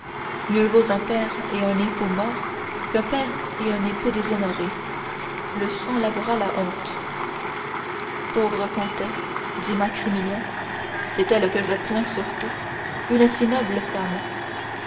mieux vaut un père et un époux mort qu'un père et un époux déshonoré le sang lavera la honte pauvre comtesse dit maximilien c'est elle que je plains surtout une si noble femme